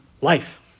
life